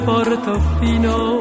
Portofino